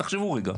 תקשיבו רגע.